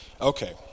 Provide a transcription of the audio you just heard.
Okay